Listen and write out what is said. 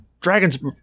Dragon's